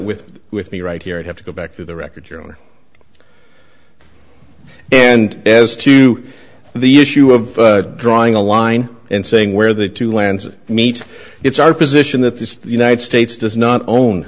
with with me right here i have to go back for the record your honor and as to the issue of drawing a line and saying where the two lands meet it's our position that the united states does not own